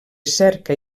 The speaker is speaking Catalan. cerca